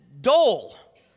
dull